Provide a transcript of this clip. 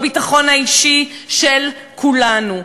בביטחון האישי של כולנו.